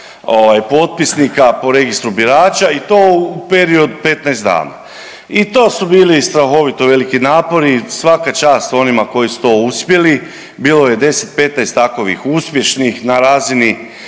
potpisnika po registru birača i to u periodu od 15 dana. I to su bili strahovito veliki napori. Svaka čast onima koji su to uspjeli, bilo je 10, 15 takovih uspješnih na razini